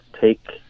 take